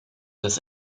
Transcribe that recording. this